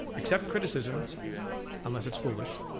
accept criticism unless it's foolish.